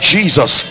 Jesus